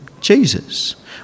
Jesus